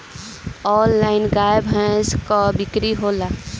Online का गाय भैंस क बिक्री होला?